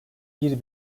bir